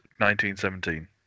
1917